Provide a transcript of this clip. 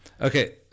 Okay